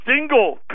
Single